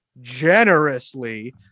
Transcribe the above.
generously